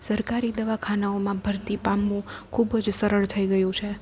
સરકારી દવાખાનાઓમાં ભરતી પામવું ખુબ જ સરળ થઈ ગયું છે